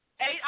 Eight